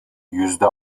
yüzde